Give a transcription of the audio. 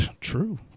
True